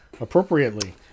Appropriately